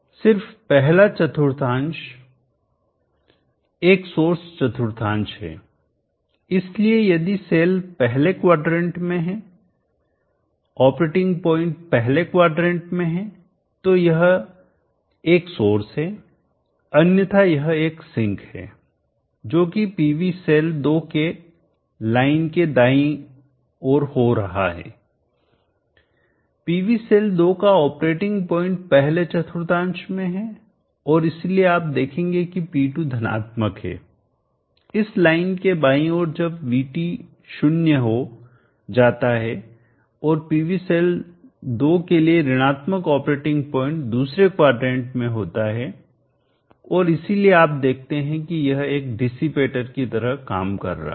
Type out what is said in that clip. सिर्फ पहला चतुर्थांश एक सोर्स चतुर्थांश है इसलिए यदि सेल पहले क्वाड्रंट में हैऑपरेटिंग पॉइंट पहले क्वाड्रंट में है तो यह एक सोर्स है अन्यथा यह एक सिंक है जो कि पीवी सेल 2 के लाइन के दाईं ओर हो रहा है पीवी सेल 2 का ऑपरेटिंग पॉइंट पहले चतुर्थांश में हैं और इसलिए आप देखेंगे कि P2 धनात्मक है इस लाइन के बाईं ओर जब VT 0 हो जाता है और पीवी सेल 2 के लिए ऋणात्मक ऑपरेटिंग पॉइंट दूसरे क्वाड्रेंट में होता है और इसलिए आप देखते हैं कि यह एक डिसिपेटर की तरह काम कर रहा है